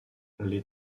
les